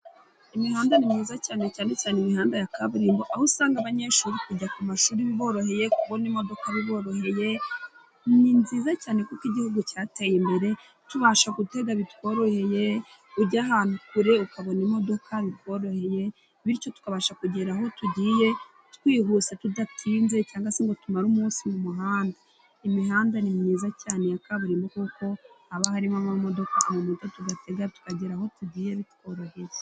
Imihanda ni myiza cyane cyane cyane imihanda ya kaburimbo ,aho usanga abanyeshuri kujya ku mashuri biboroheye, kubona imodoka biboroheye ,ni nziza cyane kuko igihugu cyateye imbere tubasha gutega bitworoheye ,ujya ahantu kure ukabona imodoka bikoroheye ,bityo tukabasha kugera aho tugiye twihuse ,tudatinze cyangwa se ngo tumare umunsi mu muhanda. Imihanda ni myiza cyane iya kaburimbo kuko haba harimo amamodoka tumanota tugatega ,tukagera aho tugiye bitworoheye.